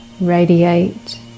radiate